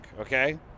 okay